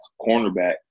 cornerback